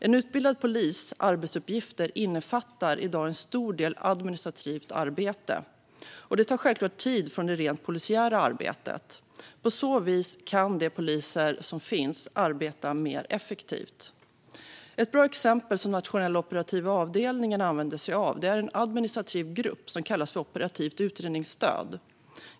En utbildad polis arbetsuppgifter innefattar i dag en stor del administrativt arbete, och det tar självklart tid från det rent polisiära arbetet. På detta sätt kan de poliser som finns arbeta mer effektivt. Ett bra exempel som Nationella operativa avdelningen använder sig av är en administrativ grupp som kallas Operativt utredningsstöd.